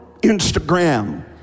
Instagram